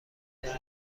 دیگر